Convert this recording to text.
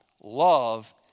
Love